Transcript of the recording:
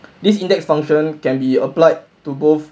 this index function can be applied to both